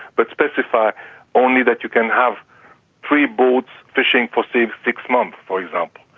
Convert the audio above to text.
but specify only that you can have three boats fishing for, say, six months, for example,